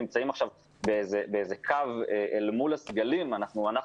נמצאים עכשיו באיזה קו אל מול הסגלים אנחנו